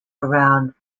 around